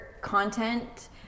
content